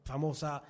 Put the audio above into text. Famosa